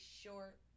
short